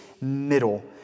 middle